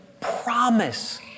promise